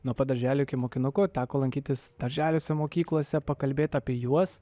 nuo pat darželio iki mokinuko teko lankytis darželiuose mokyklose pakalbėti apie juos